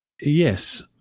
Yes